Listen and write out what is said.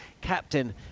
captain